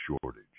shortage